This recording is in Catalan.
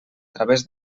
través